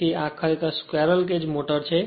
તેથી આ ખરેખર સ્ક્વેરલ કેજ મોટર છે